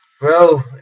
Bro